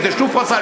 אם "שופרסל",